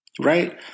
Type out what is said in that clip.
right